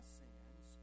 sins